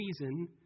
reason